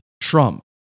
Trump